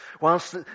Whilst